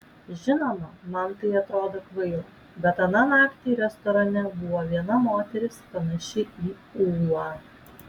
žinoma man tai atrodo kvaila bet aną naktį restorane buvo viena moteris panaši į ūlą